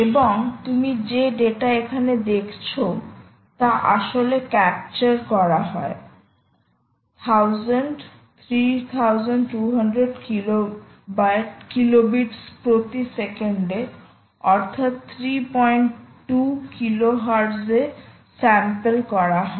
এবং তুমি যে ডেটা এখানে দেখছো তা আসলে ক্যাপচার করা হয় 1000 3200 কিলোবাইট প্রতি সেকেন্ডে অর্থাৎ 32 কিলোহার্টজ এ স্যাম্পল করা হয়